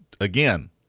Again